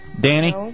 Danny